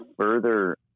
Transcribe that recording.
further